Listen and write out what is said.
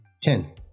Ten